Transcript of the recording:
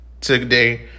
today